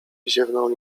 ziewnął